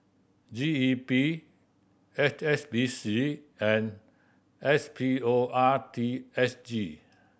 G E P H S B C and S P O R T S G